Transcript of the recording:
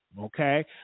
Okay